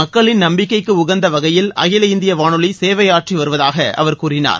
மக்களின் நம்பிக்கைக்கு உகந்த வகையில் அகில இந்திய வானொலி சேவையாற்றி வருவதாக அவர் கூறினார்